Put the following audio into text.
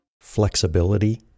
Flexibility